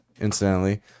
Incidentally